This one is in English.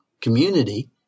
community